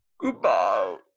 goodbye